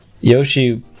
Yoshi